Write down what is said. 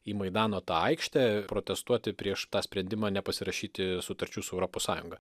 į maidano aikštę protestuoti prieš tą sprendimą nepasirašyti sutarčių su europos sąjunga